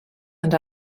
and